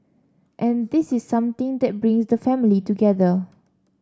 and this is something that brings the family together